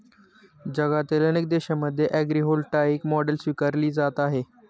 जगातील अनेक देशांमध्ये ॲग्रीव्होल्टाईक मॉडेल स्वीकारली जात आहे